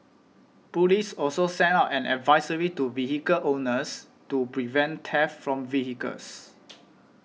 police also sent out an advisory to vehicle owners to prevent theft from vehicles